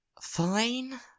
...fine